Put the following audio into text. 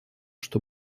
что